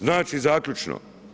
Znači zaključno.